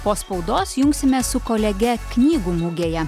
po spaudos jungsimės su kolege knygų mugėje